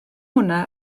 hwnna